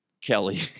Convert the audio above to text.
Kelly